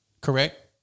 Correct